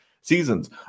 seasons